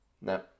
No